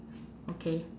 okay